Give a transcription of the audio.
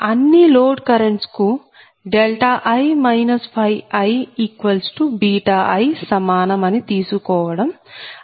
అన్ని load currents కు i ii సమానం అని తీసుకోవడం ఆచరణాత్మకమైనది